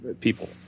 people